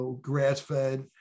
grass-fed